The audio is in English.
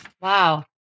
Wow